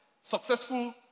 successful